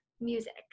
Music